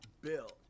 Bill